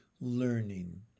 learning